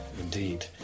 indeed